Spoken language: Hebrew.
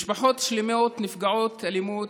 משפחות שלמות שהן נפגעות אלימות,